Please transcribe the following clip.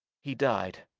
he died.